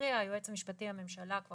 הכריע היועץ המשפטי לממשלה, מזוז,